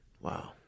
Wow